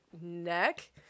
neck